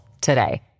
today